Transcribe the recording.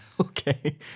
Okay